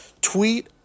tweet